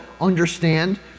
understand